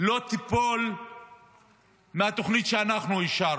לא תיפול מהתוכנית שאנחנו אישרנו.